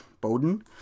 Bowden